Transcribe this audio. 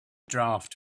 draft